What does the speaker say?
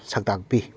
ꯁꯛ ꯇꯥꯛꯄꯤ